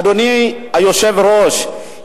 אדוני היושב-ראש,